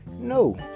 No